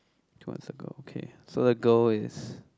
to one circle okay so the girl is